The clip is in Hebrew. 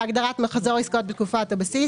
להגדרת "מחזור עסקאות בתקופת הבסיס"